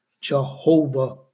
Jehovah